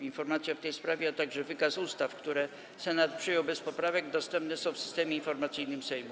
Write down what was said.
Informacja w tej sprawie, a także wykaz ustaw, które Senat przyjął bez poprawek, są dostępne w Systemie Informacyjnym Sejmu.